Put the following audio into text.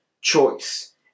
choice